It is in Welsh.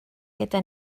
gyda